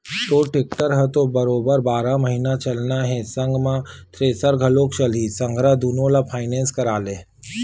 तोर टेक्टर ह तो बरोबर बारह महिना चलना हे संग म थेरेसर घलोक चलही संघरा दुनो ल फायनेंस करा ले